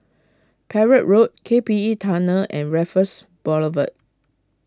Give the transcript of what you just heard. Perak Road K P E Tunnel and Raffles Boulevard